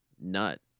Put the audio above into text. nut